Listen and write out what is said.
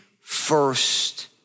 first